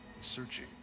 Searching